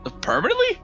Permanently